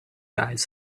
eyes